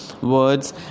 words